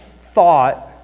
thought